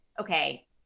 okay